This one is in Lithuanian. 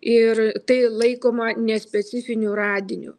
ir tai laikoma nespecifiniu radiniu